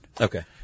Okay